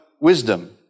wisdom